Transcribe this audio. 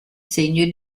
segno